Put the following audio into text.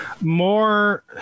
More